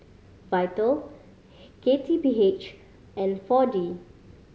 Vital K T P H and Four D